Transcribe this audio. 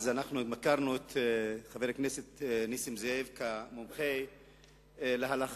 אנחנו ביקרנו את חבר הכנסת נסים זאב כמומחה להלכה.